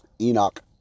Enoch